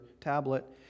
tablet